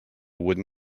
wooden